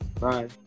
bye